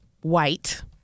white